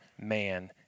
man